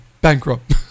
bankrupt